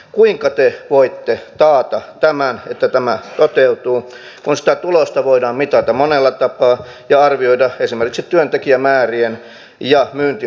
kuinka te voitte taata tämän että tämä toteutuu kun sitä tulosta voidaan mitata monella tapaa ja arvioida esimerkiksi työntekijämäärien ja myyntiorganisaation suhteen